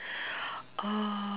uh